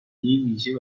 ویژه